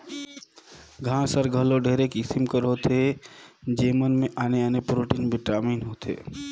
घांस हर घलो ढेरे किसिम कर होथे जेमन में आने आने प्रोटीन, बिटामिन होथे